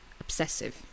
obsessive